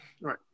Right